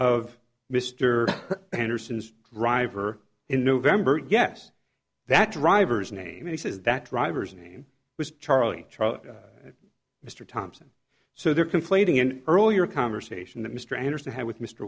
of mr anderson's driver in november yes that driver's name he says that driver's name was charlie charlie and mr thompson so they're complaining an earlier conversation that mr